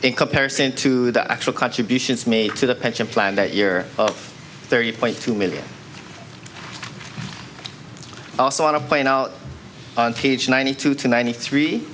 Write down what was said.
in comparison to the actual contributions made to the pension plan that year of thirty point two million i also want to point out on page ninety two to ninety three